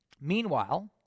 Meanwhile